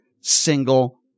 single